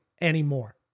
anymore